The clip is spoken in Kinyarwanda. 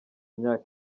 myaka